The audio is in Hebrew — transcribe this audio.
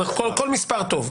כל מספר טוב.